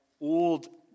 old